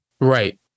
Right